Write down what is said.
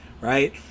right